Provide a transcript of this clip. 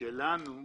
שלנו,